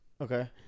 Okay